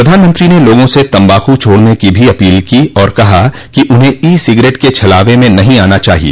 प्रधानमंत्री ने लोगों से तम्बाकू छोड़ने की भी अपील की और कहा कि उन्हें ई सिगरेट के छलावे में नहीं आना चाहिए